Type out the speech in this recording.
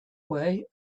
way